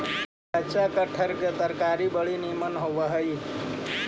कच्चा कटहर के तरकारी बड़ी निमन होब हई